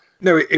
No